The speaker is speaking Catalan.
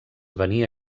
venia